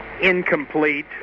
incomplete